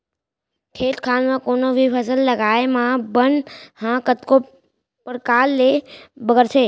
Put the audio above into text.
खेत खार म कोनों भी फसल लगाए म बन ह कतको परकार ले बगरथे